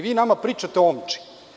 Vi nama pričate o omči.